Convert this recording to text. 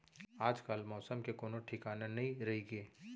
आजकाल मौसम के कोनों ठिकाना नइ रइगे